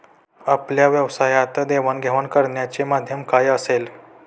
आपल्या व्यवसायात देवाणघेवाण करण्याचे माध्यम काय असेल?